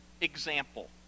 example